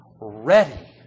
ready